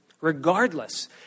regardless